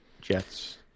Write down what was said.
Jets